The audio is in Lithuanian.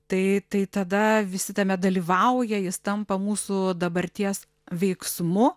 tai tai tada visi tame dalyvauja jis tampa mūsų dabarties veiksmu